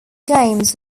games